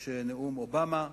יש נאום אובמה,